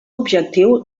objectiu